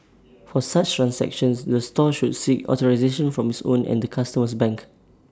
for such transactions the store should seek authorisation from its own and the customer's bank